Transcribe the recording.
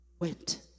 Went